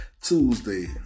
Tuesday